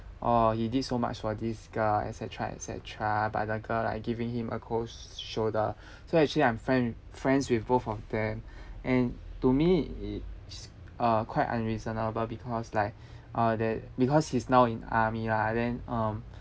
oh he did so much for this girl et cetera et cetera but the girl like giving him a cold shoulder so actually I'm friend with friends with both of them and to me it is uh quite unreasonable because like uh that because he's now in army lah and then um